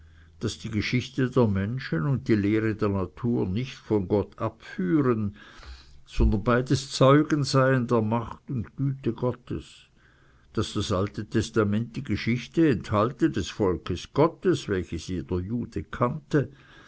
daß die geschichte der menschen und die lehre der natur nicht von gott abführen sondern beides zeugen seien der macht und güte gottes daß das alte testament die geschichte enthalte des volkes gottes welche jeder jude kannte